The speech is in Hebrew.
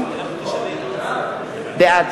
בעד